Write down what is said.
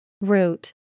Root